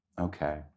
Okay